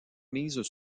mises